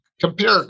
Compare